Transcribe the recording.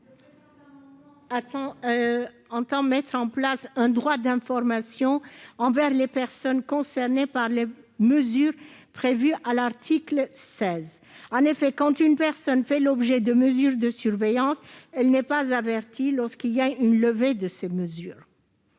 Le présent amendement tend à mettre en place un droit d'information des personnes concernées par les mesures prévues à l'article 16. En effet, quand une personne fait l'objet de mesures de surveillance, elle n'est pas avertie lorsqu'il y est mis fin.